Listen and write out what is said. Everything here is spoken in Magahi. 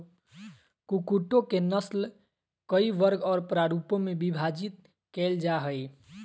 कुक्कुटों के नस्ल कई वर्ग और प्ररूपों में विभाजित कैल जा हइ